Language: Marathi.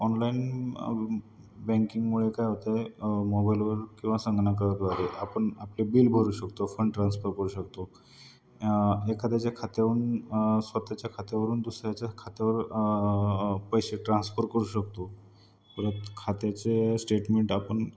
ऑनलाईन बँकिंगमुळे काय होतं आहे मोबाईलवर किंवा संगणकाद्वारे आपण आपले बिल भरू शकतो फंड ट्रान्स्फर करू शकतो एखाद्याच्या खात्यावरून स्वतःच्या खात्यावरून दुसऱ्याच्या खात्यावर पैसे ट्रान्सफर करू शकतो परत खात्याचे स्टेटमेंट आपण